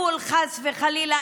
חס וחלילה?